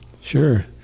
sure